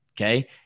Okay